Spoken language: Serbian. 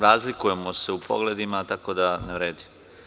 Razlikujemo se u pogledima tako da ne vredi.